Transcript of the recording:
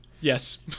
Yes